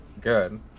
Good